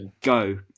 go